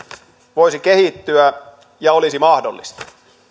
voisi kehittyä ja olisi mahdollista